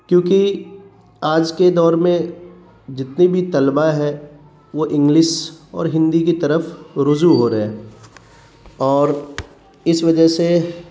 کیونکہ آج کے دور میں جتنے بھی طلبا ہیں وہ انگلش اور ہندی کی طرف رجوع ہو رہے ہیں اور اس وجہ سے